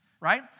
Right